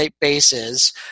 bases